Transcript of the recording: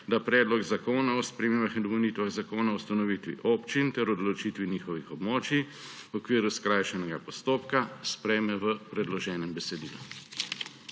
da Predlog zakona o spremembah in dopolnitvah Zakona o ustanovitvi občin ter o določitvi njihovih območij v okviru skrajšanega postopka sprejme v predloženem besedilu.